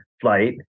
flight